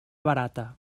barata